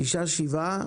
שישה, שבעה,